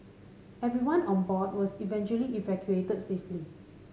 everyone on board was eventually evacuated safely